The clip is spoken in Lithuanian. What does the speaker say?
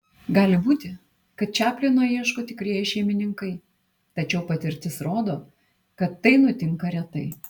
gali būti kad čaplino ieško tikrieji šeimininkai tačiau patirtis rodo kad tai nutinka retai